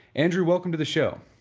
andrew, welcome to the show